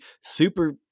super